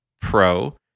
pro